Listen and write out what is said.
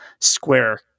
square